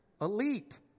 elite